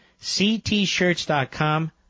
ctshirts.com